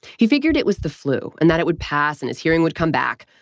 he figured it was the flu and that it would pass and his hearing would come back.